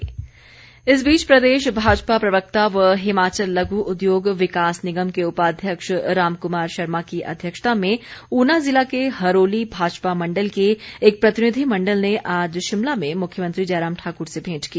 प्रतिनिधिमण्डल इस बीच प्रदेश भाजपा प्रवक्ता व हिमाचल लघु उद्योग विकास निगम के उपाध्यक्ष रामकुमार शर्मा की अध्यक्षता में ऊना जिला के हरोली भाजपा मण्डल के एक प्रतिनिधिमण्डल ने आज शिमला में मुख्यमंत्री जयराम ठाकुर से भेंट की